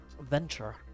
venture